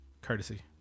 Courtesy